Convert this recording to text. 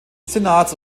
senats